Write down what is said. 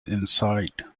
inside